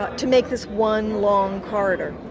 to make this one long corridor.